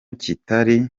kitari